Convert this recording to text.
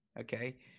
Okay